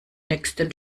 nächsten